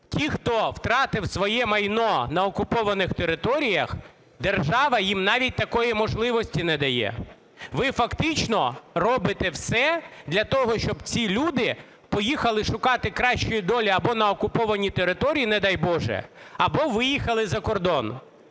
Ті, хто втратив своє майно на окупованих територіях, держава їм навіть такої можливості не дає. Ви фактично робите все для того, щоб ці люди поїхали шукати кращої долі або на окуповані території, не дай боже, або виїхали за кордон.